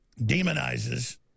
demonizes